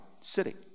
city